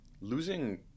Losing